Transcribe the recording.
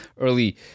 early